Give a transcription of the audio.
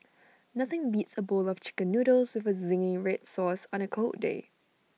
nothing beats A bowl of Chicken Noodles with Zingy Red Sauce on A cold day